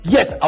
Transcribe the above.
Yes